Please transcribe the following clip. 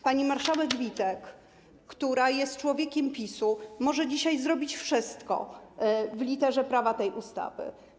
Pani marszałek Witek, która jest człowiekiem PiS, może dzisiaj zrobić wszystko według litery prawa, tej ustawy.